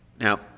Now